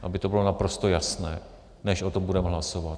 Aby to bylo naprosto jasné, než o tom budeme hlasovat.